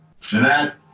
Jeanette